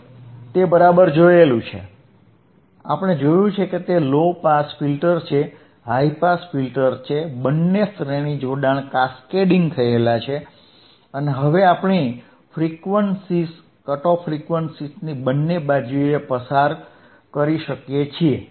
આપણે તે બરાબર જોયું છે આપણે જોયું છે કે તે લો પાસ ફિલ્ટર છે હાઇ પાસ ફિલ્ટર છે બંને શ્રેણી જોડાણ થયેલા છે અને હવે આપણે ફ્રીક્વન્સીઝ કટ ઓફ ફ્રીક્વન્સીઝની બંને બાજુએ પસાર કરી શકીએ છીએ